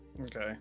Okay